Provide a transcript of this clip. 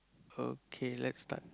okay let's start